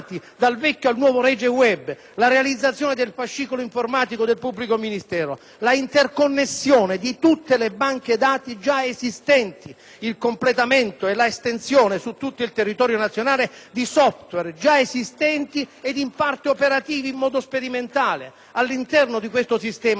la interconnessione di tutte le banche dati già esistenti; il completamento e l'estensione su tutto il territorio nazionale di *software* già esistenti ed in parte operativi in modo sperimentale. All'interno di questo sistema, Ministro, potrebbe trovare posto anche una più corretta, funzionale e rassicurante